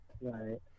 Right